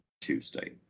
Tuesday